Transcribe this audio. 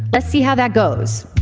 let's see how that goes.